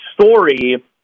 story